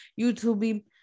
youtube